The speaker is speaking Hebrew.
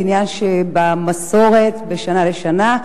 עניין שבמסורת משנה לשנה.